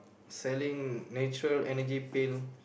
selling nature energy pill